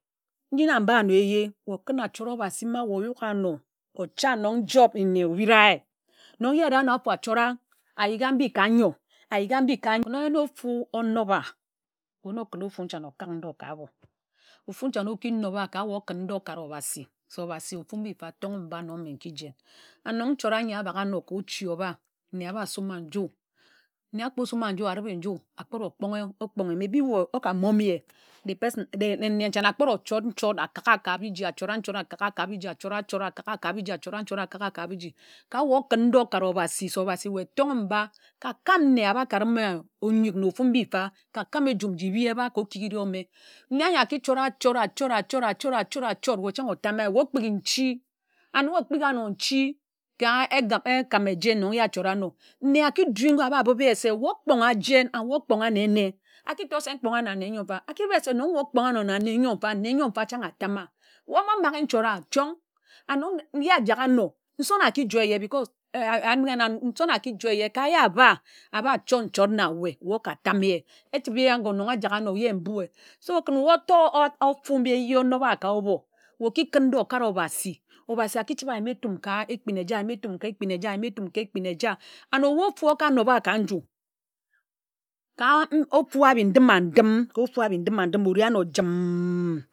Nji na mba anor éye kún achort obhasi ma ye oyuk ano ocha na njob nne obira ye nno ye ari ano áfo achora ayi ga mbi ka nyor ayi ga mbi ka nyor na ofu onoba weh na okun e ofu nchane okak ndō ka ábo ofu nchane oki nob a ka ye okun ndō okare obhasi se obhasi ofu mbi mfa tonge mba nno mme nki jen. A nok nchort anyi abak ano ka ochi oba nne ába sum a nju nne akpo sum a nju aribe nju okūn okpōn ge okpon̄ ge maybe weh oka mmon ye the person nne nchane akpod ochort-nchort akak a ka biji achora nchort akak a ka biji achora-nchort akak a ka biji ka ye okūn n̄do okare obhasi se obhasi weh ton em mba ka kam nne aba kare mme onyid na ofu mbi mfa ka kam ejum nji ebi eba ka okighi ri ome nne ānyo aki chort achort achort achort achort ye chan̄ atame weh okpighi nchi and weh okpi ghi ano nchi ka ekam eje nyi ye achora ano. Nne aki du ngo aba bib ye se weh okpoń ga jen and weh okpon̄ ga nna nne ńyor mfa chan̄ atama omo maghe nchort a and ye ajak ano nsón aki joe ye because nson̄ aki joe ye ka ye aba aba chort-nchort na weh weh oka tame ye achibe nga ye ajak ano ye mbue so ken ye otor ofu mbi éye onoba ka oba weh oki kún ndó okare obhasi obhasi aki chibe ayima etum ka ekpin eja eyima etum ka ekpin eja ayima etum ka ekpin eja and ebu ofu oka-nob-a ka nju ka ofu abi ndim-a-ndim ka ofu abi ndim-a ndim āre āno jim mmm.